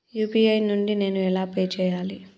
UPI నుండి నేను ఎలా పే చెయ్యాలి?